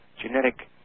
genetic